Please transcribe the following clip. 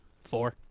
Four